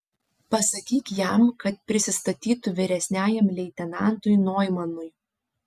pasakyk jam kad prisistatytų vyresniajam leitenantui noimanui